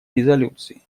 резолюции